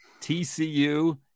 TCU